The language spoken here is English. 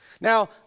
Now